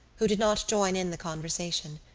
who did not join in the conversation.